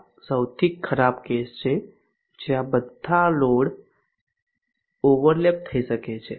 આ સૌથી ખરાબ કેસ છે જ્યાં બધા લોડ ઓવરલેપ થઈ શકે છે